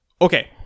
okay